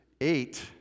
eight